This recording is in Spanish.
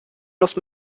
los